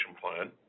plan